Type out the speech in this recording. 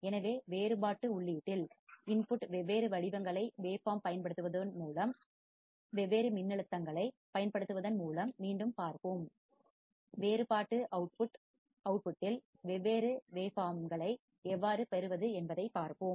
எனவே வேறுபாட்டு உள்ளீட்டில் இன்புட் வெவ்வேறு அலைவடிவங்களைப் வேவ் பார்ம் பயன்படுத்துவதன் மூலம் வெவ்வேறு மின்னழுத்தங்களைப் வோல்டேஜ்களைப் பயன்படுத்துவதன் மூலம் மீண்டும் பார்ப்போம் வேறுபாட்டு வெளியீட்டில் அவுட்புட் வெவ்வேறு அலைவடிவங்களை வேவ் பார்ம் எவ்வாறு பெறுவது என்பதைப் பார்ப்போம்